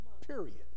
Period